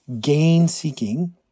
gain-seeking